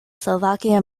slovakia